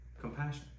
Compassion